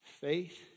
Faith